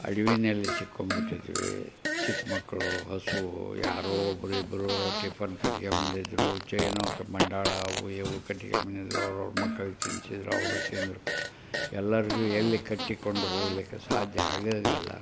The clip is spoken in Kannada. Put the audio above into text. ಅಡವಿಯಲ್ಲಿ ಸಿಕ್ಕೊಂಡ್ಬಿಟ್ಟಿದ್ವಿ ಚಿಕ್ಕ ಮಕ್ಕಳು ಹಸಿವು ಯಾರೋ ಒಬ್ಬರಿಬ್ಬರು ಟಿಫನ್ ಕಟ್ಕೊಂಡ್ಬಂದಿದ್ರು ಏನು ಮಂಡಾಳ ಅವು ಇವು ಕಟ್ಕೊಂಡ್ಬಂದಿದ್ರು ಅವ್ರವ್ರ ಮಕ್ಳಿಗೆ ತಿನ್ನಿಸಿದ್ರು ಅವರು ತಿಂದರು ಎಲ್ಲರಿಗೂ ಎಲ್ಲಿ ಕಟ್ಟಿಕೊಂಡು ಹೋಗಲಿಕ್ಕೆ ಸಾಧ್ಯ ಆಗೋಂಗಿಲ್ಲ